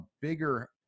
bigger